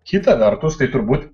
kita vertus tai turbūt